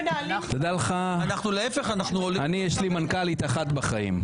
יש לי מנכ"לית אחת בחיים.